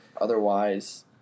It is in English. Otherwise